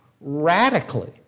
Radically